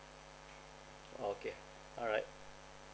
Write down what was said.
okay alright